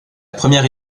première